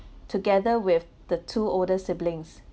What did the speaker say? together with the two older siblings